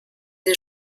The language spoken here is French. des